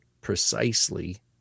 precisely